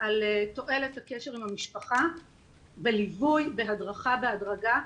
על תועלת הקשר עם המשפחה, בליווי, בהדרכה בהדרגה.